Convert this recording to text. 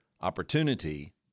opportunity